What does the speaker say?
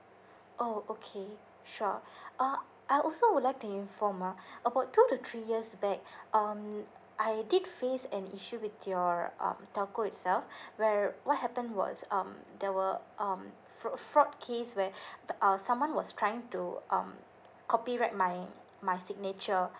oh okay sure uh I also would like to inform ah about two to three years back um I did face an issue with your um telco itself where what happened was um there were um fr~ fraud case where uh someone was trying to um copyright my my signature